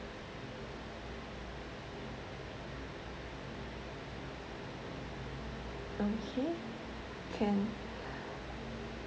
okay can